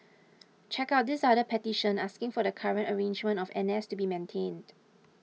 check out this other petition asking for the current arrangement of N S to be maintained